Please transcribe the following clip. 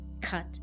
cut